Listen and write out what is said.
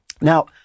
Now